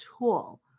tool